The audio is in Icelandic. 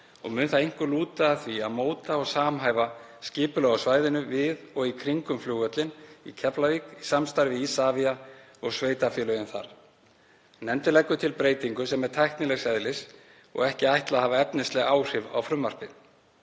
og mun það einkum lúta að því að móta og samhæfa skipulag á svæðinu við og í kringum flugvöllinn í Keflavík í samstarfi við Isavia og sveitarfélögin þar. Nefndin leggur til breytingu sem er tæknilegs eðlis og ekki ætlað að hafa efnisleg áhrif á frumvarpið.